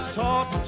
talk